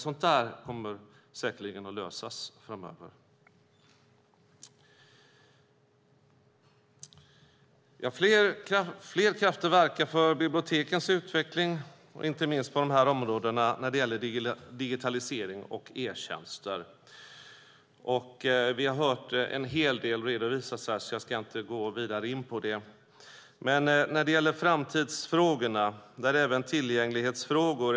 Sådant kommer dock säkerligen att lösas framöver. Flera krafter verkar för bibliotekens utveckling, inte minst när det gäller digitalisering och e-tjänster. Vi har hört en hel del redovisas här, så jag ska inte gå vidare in på det. Till framtidsfrågorna hör även tillgänglighetsfrågor.